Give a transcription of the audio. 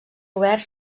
obert